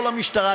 לא למשטרה,